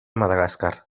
madagascar